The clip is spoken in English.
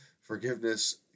Forgiveness